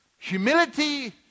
Humility